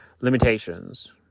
limitations